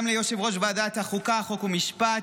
גם ליושב-ראש ועדת החוקה, חוק ומשפט,